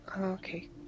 okay